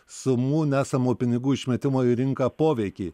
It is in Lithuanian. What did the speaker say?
sumų nesamų pinigų išmetimo į rinką poveikį